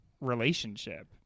relationship